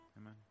Amen